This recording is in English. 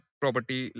property